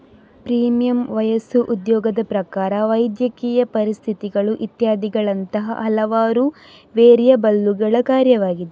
premium ವಯಸ್ಸು, ಉದ್ಯೋಗದ ಪ್ರಕಾರ, ವೈದ್ಯಕೀಯ ಪರಿಸ್ಥಿತಿಗಳು ಇತ್ಯಾದಿಗಳಂತಹ ಹಲವಾರು ವೇರಿಯಬಲ್ಲುಗಳ ಕಾರ್ಯವಾಗಿದೆ